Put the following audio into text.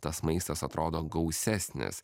tas maistas atrodo gausesnis